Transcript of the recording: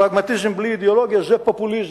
פרגמטיזם בלי אידיאולוגיה זה פופוליזם,